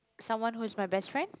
someone who is my best friend